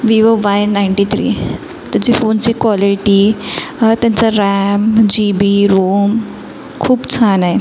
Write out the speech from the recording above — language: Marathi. विवो वाय नाईन्टी थ्री त्याची फोनची कॉलेटी त्यांचा रॅम जी बी रोम खूप छान आहे